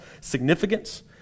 significance